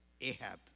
Ahab